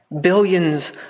Billions